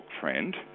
friend